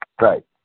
Right